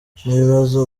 ntibazi